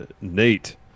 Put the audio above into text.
Nate